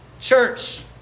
Church